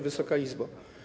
Wysoka Izbo!